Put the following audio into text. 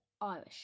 Irish